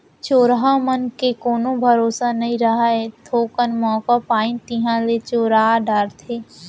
चोरहा मन के कोनो भरोसा नइ रहय, थोकन मौका पाइन तिहॉं ले चोरा डारथें